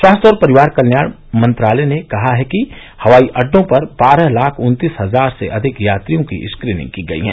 स्वास्थ्य और परिवार कल्याण मंत्रालय ने कहा कि हवाईअड्डों पर बारह लाख उत्तीस हजार से अधिक यात्रियों की स्क्रीनिंग की गई है